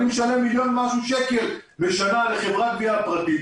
אני משלם מיליון ומשהו שקל בשנה לחברת גבייה פרטית,